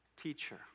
teacher